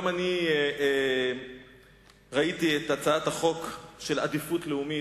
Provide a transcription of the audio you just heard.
גם אני ראיתי את הצעת החוק של עדיפות לאומית,